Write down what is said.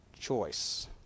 choice